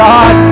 God